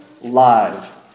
live